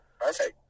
Perfect